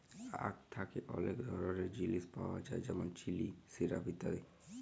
আখ থ্যাকে অলেক ধরলের জিলিস পাওয়া যায় যেমল চিলি, সিরাপ ইত্যাদি